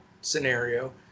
scenario